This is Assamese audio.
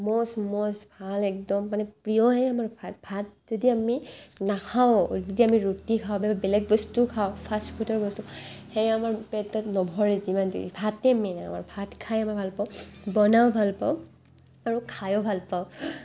মোষ্ট মোষ্ট ভাল একদম মানে প্ৰিয়হে আমাৰ ভাত ভাত যদি আমি নাখাওঁ যদি আমি ৰুটি খাওঁ বা বেলেগ বস্তু খাওঁ ফাষ্টফুডৰ বস্তু সেয়া আমাৰ পেটত নভৰে যিমান যি ভাতেই মেইন আমাৰ ভাত খায় আমি ভাল পাওঁ বনায়ো ভাল পাওঁ আৰু খায়ো ভাল পাওঁ